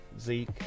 Zeke